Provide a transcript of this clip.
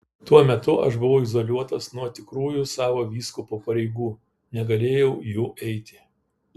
tuo metu aš buvau izoliuotas nuo tikrųjų savo vyskupo pareigų negalėjau jų eiti